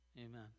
Amen